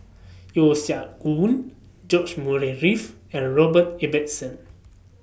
Yeo Siak Goon George Murray Reith and Robert Ibbetson